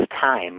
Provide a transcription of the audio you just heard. time